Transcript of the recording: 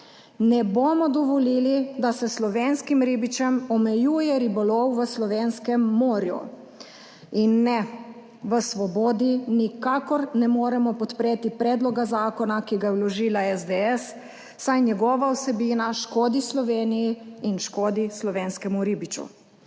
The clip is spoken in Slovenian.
Ne bomo dovolili, da se slovenskim ribičem omejuje ribolov v slovenskem morju. In ne, v Svobodi nikakor ne moremo podpreti predloga zakona, ki ga je vložila SDS, saj njegova vsebina škodi Sloveniji in škodi slovenskemu ribiču.